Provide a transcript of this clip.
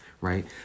right